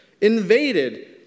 invaded